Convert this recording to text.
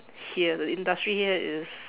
here industry here is